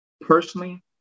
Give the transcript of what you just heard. personally